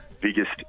biggest